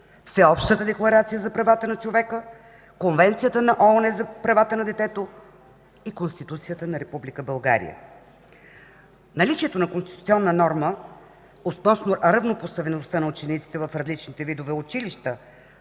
Всеобщата декларация за правата на човека, Конвенцията на ООН за правата на детето и Конституцията на Република България. Наличието на конституционна норма относно равнопоставеността на учениците в различните видове училища,